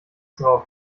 drauf